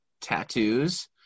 tattoos